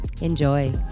Enjoy